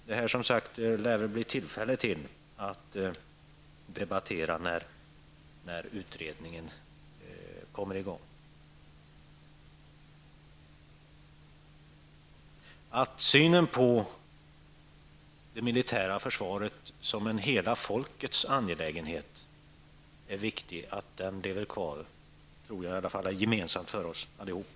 Det lär som sagt bli tillfälle att debattera detta när utredningen kommer i gång. Det är viktigt att synen på det militära försvaret som en hela folkets angelägenhet lever kvar. Den åsikten tror jag i alla fall är gemensam för oss allihop.